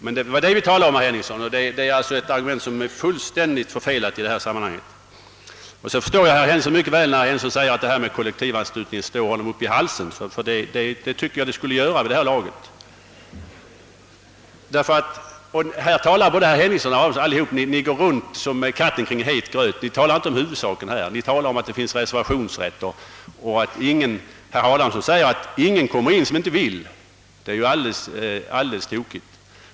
Det var alltså detta vi talade om, herr Henningsson, och ert argument är således fullständigt förfelat i detta sammanhang. Jag förstår mycket väl herr Henningsson när han säger att kollektivanslutningen står honom upp i halsen — jag tycker också den borde göra det vid det här laget. Herr Henningsson och andra går här som katten kring het gröt och talar inte om huvudsaken utan om att det finns reservationsrätt. Herr Adamsson t.ex. sade att ingen kommer in som inte vill, vilket är fullkomligt felaktigt.